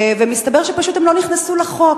ומסתבר שפשוט הם לא נכנסו לחוק,